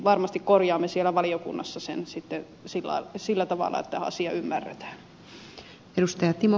varmasti korjaamme valiokunnassa sen sillä tavalla että asia ymmärretään